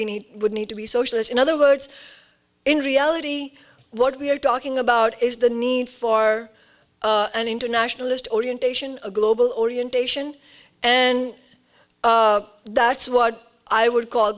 be need would need to be socialist in other words in reality what we are talking about is the need for an internationalist orientation a global orientation and that's what i would call